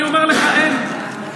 אני אומר לך, אין.